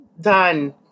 done